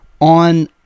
On